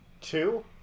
Two